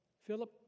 Philip